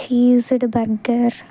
cheesed burger